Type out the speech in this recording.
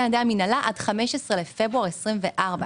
על ידי המינהלה עד 15 בפברואר 2023,